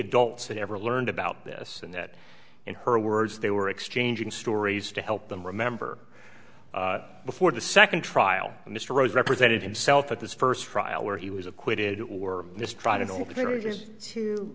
adults that ever learned about this and that in her words they were exchanging stories to help them remember before the second trial mr rose represented himself at this first trial where he was acquitted or